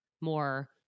more